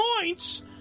points